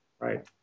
Right